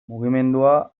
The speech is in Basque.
mugimendua